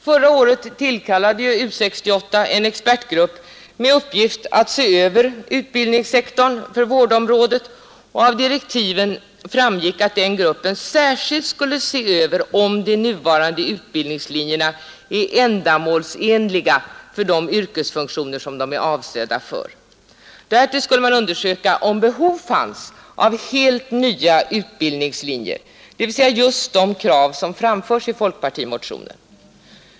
Förra året tillkallade U 68 en expertgrupp med uppgift att se över utbildningssektorn för vårdområdet. Av direktiven framgick att den gruppen särskilt skulle se över om de nuvarande utbildningslinjerna är ändamålsenliga för de yrkesfunktioner som de är avsedda för. Därtill skulle man undersöka om behov finns av helt nya utbildningslinjer, dvs. just de krav som framförs i folkpartimotionen.